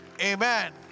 Amen